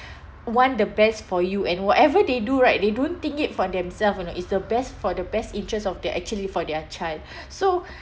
want the best for you and whatever they do right they don't think it for themselves you know is the best for the best interests of their actually for their child so